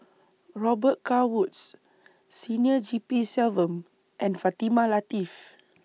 Robet Carr Woods Senior G P Selvam and Fatimah Lateef